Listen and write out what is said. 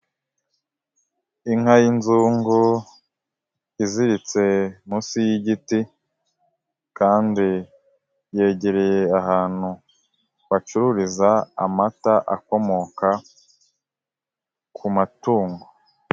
Inka y'inzungu iziritse munsi y'igiti kandi yegereye ahantu bacururiza amata akomoka ku matungo.